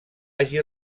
hagi